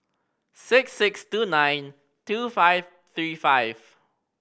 six six two nine two five three five